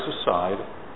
aside